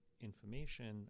information